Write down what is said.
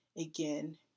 again